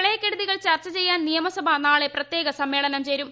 പ്രളയക്കെടുതികൾ ചർച്ച ചെയ്യാൻ നിയമസഭ നാളെ പ്രത്യേക സമ്മേളനം ചേരും